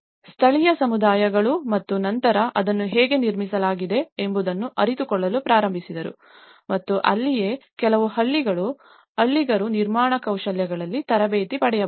ಸ್ಥಳೀಯ ಸಮುದಾಯಗಳು ಮತ್ತು ನಂತರ ಅದನ್ನು ಹೇಗೆ ನಿರ್ಮಿಸಲಾಗಿದೆ ಎಂಬುದನ್ನು ಅರಿತುಕೊಳ್ಳಲು ಪ್ರಾರಂಭಿಸಿದರು ಮತ್ತು ಅಲ್ಲಿಯೇ ಕೆಲವು ಹಳ್ಳಿಗರು ನಿರ್ಮಾಣ ಕೌಶಲ್ಯಗಳಲ್ಲಿ ತರಬೇತಿ ಪಡೆಯಬಹುದು